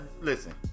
Listen